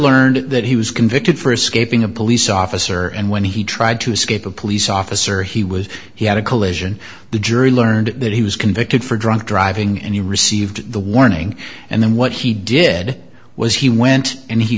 learned that he was convicted for escaping a police officer and when he tried to escape a police officer he was he had a collision the jury learned that he was convicted for drunk driving and he received the warning and then what he did was he went and he